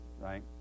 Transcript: right